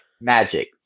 Magic